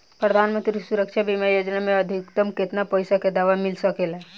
प्रधानमंत्री सुरक्षा बीमा योजना मे अधिक्तम केतना पइसा के दवा मिल सके ला?